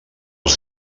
els